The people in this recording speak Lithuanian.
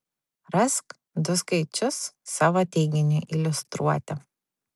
rask du skaičius savo teiginiui iliustruoti